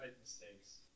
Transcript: mistakes